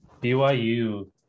BYU